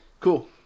Cool